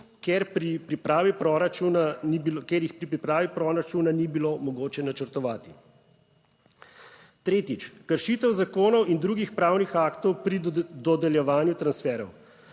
ker jih pri pripravi proračuna ni bilo mogoče načrtovati. Tretjič, kršitev zakonov in drugih pravnih aktov pri dodeljevanju transferjev.